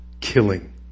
killing